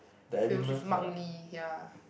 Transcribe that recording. films with Mark-Lee ya